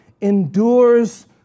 endures